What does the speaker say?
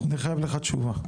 אני חייב לך תשובה.